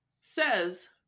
says